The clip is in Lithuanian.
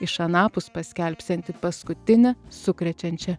iš anapus paskelbsianti paskutinį sukrečiančią